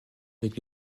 avec